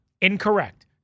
incorrect